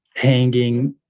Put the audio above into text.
hanging,